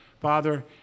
Father